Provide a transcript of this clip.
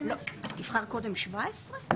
אז תבחר קודם 17?